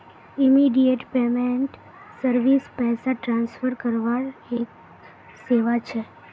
immediate payment service पैसा transfer करवार एक सेवा छ